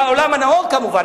בעולם הנאור כמובן,